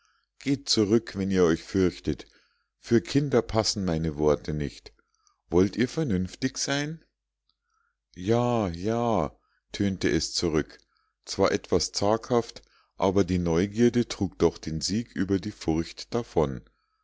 geht zurück wenn ihr euch fürchtet für kinder passen meine worte nicht wollt ihr vernünftig sein ja ja tönte es zurück zwar etwas zaghaft aber die neugierde trug doch den sieg über die furcht davon